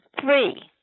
three